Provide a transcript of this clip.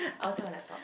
I would say my laptop